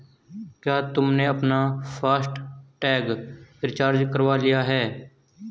क्या तुमने अपना फास्ट टैग रिचार्ज करवा लिया है?